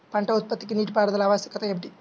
పంట ఉత్పత్తికి నీటిపారుదల ఆవశ్యకత ఏమిటీ?